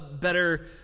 better